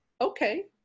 Okay